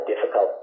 difficult